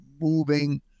moving